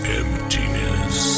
emptiness